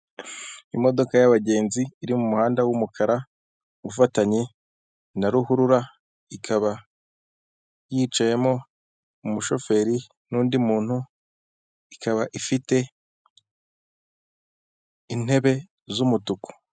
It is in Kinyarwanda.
Imodoka y'abagenzi iri mu muhanda w'umukara ufatanye na ruhurura, ikaba yicayemo umushoferi n'undi muntu, ikaba ifite intebe z'umutuku.